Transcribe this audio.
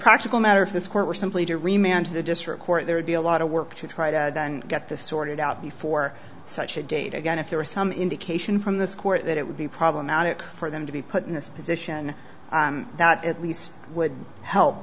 practical matter if this court were simply to remain to the district court there would be a lot of work to try to get this sorted out before such a date again if there was some indication from this court that it would be problematic for them to be put in this position that at least would help